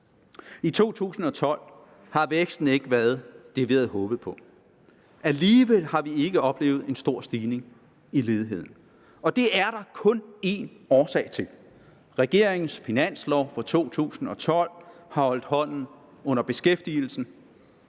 I 2012 har væksten ikke været det, vi havde håbet på. Alligevel har vi ikke oplevet en stor stigning i ledigheden. Det er der kun én årsag til, nemlig at regeringens finanslov for 2012 har holdt hånden under beskæftigelsen.